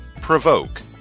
Provoke